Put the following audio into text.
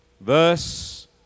verse